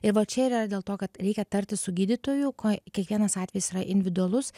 ir va čia yra dėl to kad reikia tartis su gydytoju ko kiekvienas atvejis yra individualus